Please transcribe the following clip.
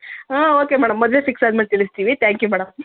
ಹಾಂ okay madam ಮದುವೆ fix ಆದಮೇಲೆ ತಿಳಿಸ್ತೀವಿ ಥ್ಯಾಂಕ್ ಯು ಮೇಡಮ್